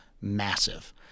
massive